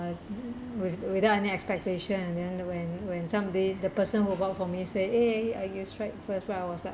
with without any expectation and then when when somebody the person who bought for me say eh eh ah you strike first prize I was like